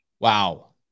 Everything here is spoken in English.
Wow